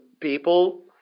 people